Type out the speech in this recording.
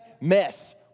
mess